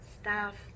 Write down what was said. staff